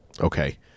okay